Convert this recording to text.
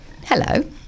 hello